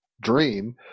dream